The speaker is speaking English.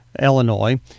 Illinois